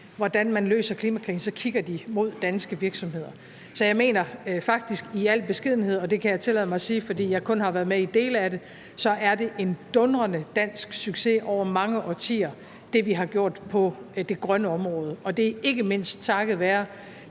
hvordan man løser klimakrisen, kigger de mod danske virksomheder. Så jeg mener faktisk i al beskedenhed – og det kan jeg tillade mig at sige, fordi jeg kun har været med i dele af det – at det er en dundrende dansk succes over mange årtier, hvad vi har gjort på det grønne område. Og det er ikke mindst takket være